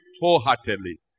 wholeheartedly